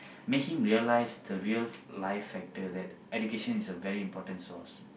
make him realise the real life factor that education is a very important source